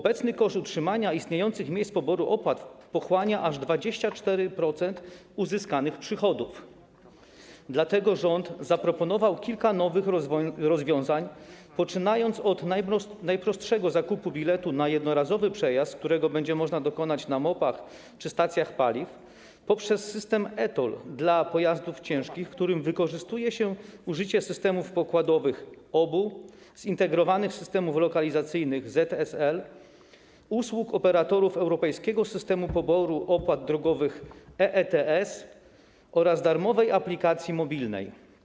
Obecny koszt utrzymania istniejących miejsc poboru opłat pochłania aż 24% uzyskanych przychodów, dlatego rząd zaproponował kilka nowych rozwiązań, poczynając od najprostszego: zakupu biletu na jednorazowy przejazd, którego będzie można dokonać w MOP-ach czy na stacjach paliw, poprzez system e-TOLL dla pojazdów ciężkich, w którym wykorzystuje się systemy pokładowe, OBU, zintegrowane systemy lokalizacyjne, ZSL, usługi operatorów europejskiego systemu poboru opłat drogowych EETS oraz darmową aplikację mobilną.